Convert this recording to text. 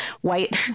white